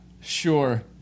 sure